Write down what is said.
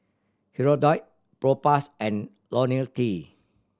Hirudoid Propass and Lonil T